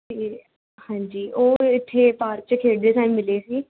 ਅਤੇ ਹਾਂਜੀ ਉਹ ਇੱਥੇ ਪਾਰਕ 'ਚ ਖੇਡਦੇ ਟਾਈਮ ਮਿਲੇ ਸੀ